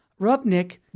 Rubnik